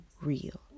real